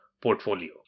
portfolio